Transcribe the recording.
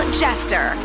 jester